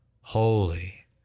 Holy